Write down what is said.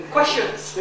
Questions